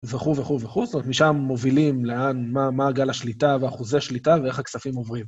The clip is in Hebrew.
וכו' וכו' וכו', זאת אומרת, משם מובילים לאן, מה מעגל השליטה ואחוזי השליטה ואיך הכספים עוברים.